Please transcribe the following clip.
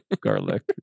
garlic